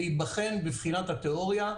להיבחן בבחינת התיאוריה.